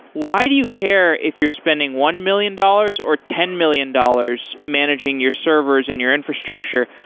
why do you care if you're spending one million dollars or ten million dollars managing your servers and your infrastructure?